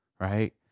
right